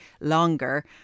longer